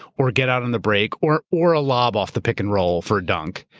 or get out on the break, or or a lob off the pick and roll for a dunk.